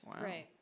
Right